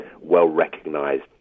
well-recognised